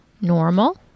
normal